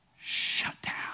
shutdown